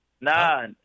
nah